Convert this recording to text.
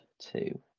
two